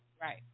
right